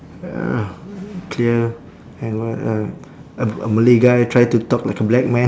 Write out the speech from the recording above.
uh clear and what uh a a malay guy try to talk like a black man